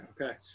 okay